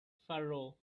furrow